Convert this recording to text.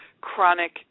chronic